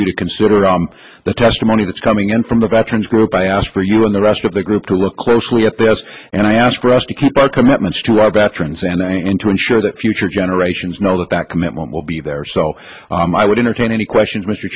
you to consider the testimony that's coming in from the veterans group i ask for you and the rest of the group to look closely at this and i ask for us to keep our commitments to our bathrooms and and to ensure that future generations know that that commitment will be there so i would entertain any questions mr